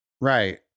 Right